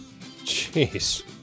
Jeez